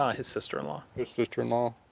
ah his sister-in-law his sister-in-law?